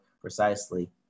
precisely